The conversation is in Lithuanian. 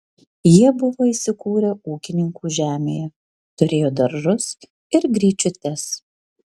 jie buvo įsikūrę ūkininkų žemėje turėjo daržus ir gryčiutes